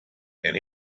and